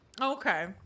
Okay